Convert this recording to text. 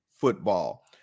football